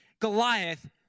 Goliath